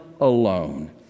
alone